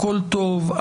הכול טוב.